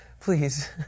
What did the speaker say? Please